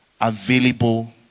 available